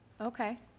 Okay